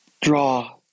draw